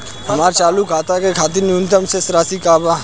हमार चालू खाता के खातिर न्यूनतम शेष राशि का बा?